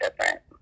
different